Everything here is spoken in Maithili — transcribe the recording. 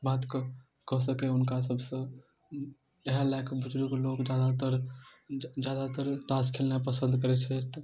बात कऽ कऽ सकै हुनका सबसँ इहए लै कऽ बुजुर्ग लोक जादातर जादातर तास खेलनाइ पसन्द करैत छथि